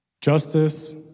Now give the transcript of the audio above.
justice